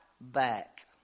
back